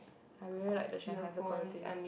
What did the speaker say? I really like the Sennheiser quality